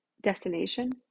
destination